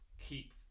keep